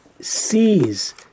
sees